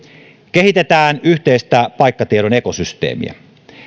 kehitetään yhteistä paikkatiedon ekosysteemiä